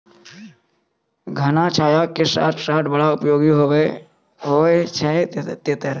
घना छाया के साथ साथ बड़ा उपयोगी होय छै तेतर